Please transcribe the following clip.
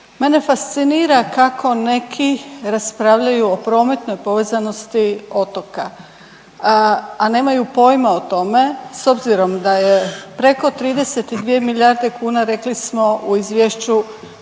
Mene fascinira kako neki raspravljaju o prometnoj povezanosti otoka, a nemaju pojma o tome. S obzirom da je preko 32 milijarde kuna rekli smo u izvješću